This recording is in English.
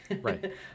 right